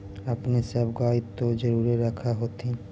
अपने सब गाय तो जरुरे रख होत्थिन?